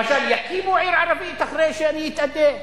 למשל, יקימו עיר ערבית אחרי שאני אתאדה?